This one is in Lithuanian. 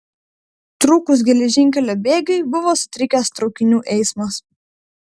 trūkus geležinkelio bėgiui buvo sutrikęs traukinių eismas